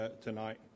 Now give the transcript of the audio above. tonight